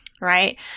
right